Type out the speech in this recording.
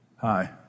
hi